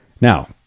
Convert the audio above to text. Now